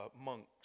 monks